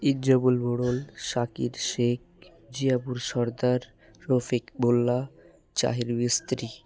ইৎজাবুল ভোতল সাকিদ শেখ জিয়াপুর সর্দার রফিক মোল্লা চাহির মিস্ত্রী